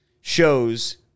shows